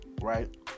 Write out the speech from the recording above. right